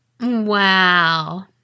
Wow